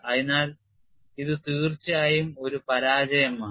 അതിനാൽ ഇത് തീർച്ചയായും ഒരു പരാജയമാണ്